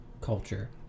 culture